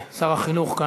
הצעות מס' 303,